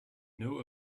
know